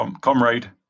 comrade